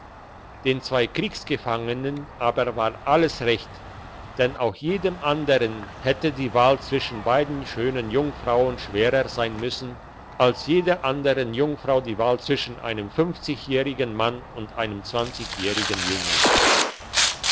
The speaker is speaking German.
den zwei kriegsgefangenen aber war alles recht denn auch jedem andern hätte die wahl zwischen beiden schönen jungfrauen schwerer sein müssen als jeder andern jungfrau die wahl zwischen einem fünfzigjährigen mann und einem zwanzigjährigen jüngling